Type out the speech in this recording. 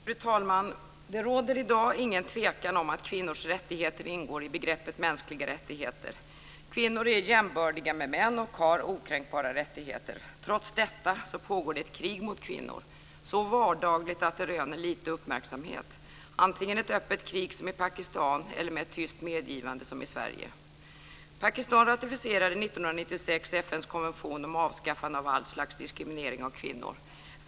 Fru talman! Det råder i dag ingen tvekan om att kvinnors rättigheter ingår i begreppet mänskliga rättigheter. Kvinnor är jämbördiga med män och har okränkbara rättigheter. Trots detta pågår det ett krig mot kvinnor, så vardagligt att det röner bara liten uppmärksamhet. Det är antingen som i Pakistan ett öppet krig eller som i Sverige ett tyst medgivande. Pakistan ratificerade 1996 FN:s konvention om avskaffande av allt slags diskriminering av kvinnor.